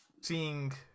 seeing